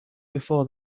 before